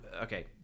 okay